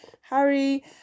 Harry